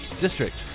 district